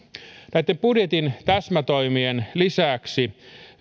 näitten budjetin täsmätoimien lisäksi